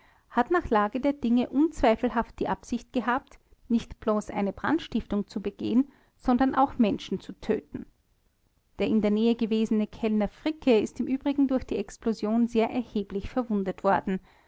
hat nach lage der dinge unzweifelhaft die absicht gehabt nicht bloß eine brandstiftung zu begehen sondern auch menschen zu töten der in der nähe gewesene kellner fricke ist im übrigen durch die explosion sehr erheblich verwundet worden